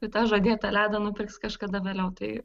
ir tą žadėtą ledą nupirks kažkada vėliau tai